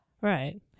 Right